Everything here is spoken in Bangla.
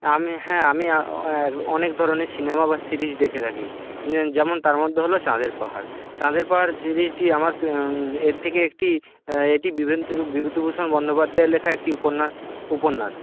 আমি হ্যাঁ আমি এক অনেক ধরনের সিনেমা বা সিরিজ দেখে থাকি যেমন তার মধ্যে হল চাঁদের পাহাড় চাঁদের পাহাড় সিরিজটি আমার প্রিয় এর থেকে একটি এটি বিভূতিভূষণ বন্দ্যোপাধ্যায়ের লেখা একটি উপন্যাস উপন্যাস